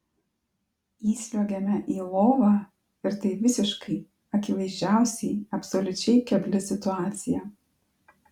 įsliuogiame į lovą ir tai visiškai akivaizdžiausiai absoliučiai kebli situacija